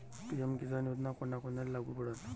PM Kisan Yojana कोना कोनाले लागू पडन?